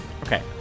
Okay